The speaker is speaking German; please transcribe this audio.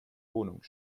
wohnung